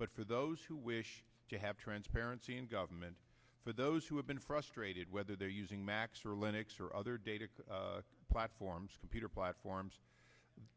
but for those who wish to have transparency in government for those who have been frustrated whether they're using macs or linux or other data platforms computer platforms